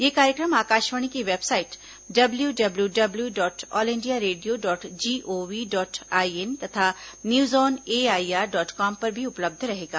यह कार्यक्रम आकाशवाणी की website W W W dot all India radio dot gov dot IN तथा news on AIR dot com पर भी उपलब्ध रहेगा